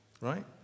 Right